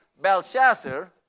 Belshazzar